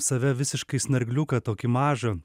save visiškai snargliuką tokį mažą